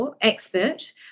expert